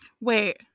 Wait